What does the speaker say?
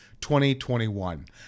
2021